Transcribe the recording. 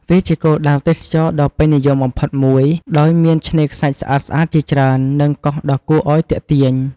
វាជាគោលដៅទេសចរណ៍ដ៏ពេញនិយមបំផុតមួយ ដោយមានឆ្នេរខ្សាច់ស្អាតៗជាច្រើន និងកោះដ៏គួរឱ្យទាក់ទាញ។